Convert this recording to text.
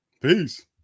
peace